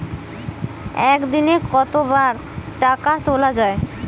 একদিনে কতবার টাকা তোলা য়ায়?